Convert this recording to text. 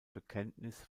bekenntnis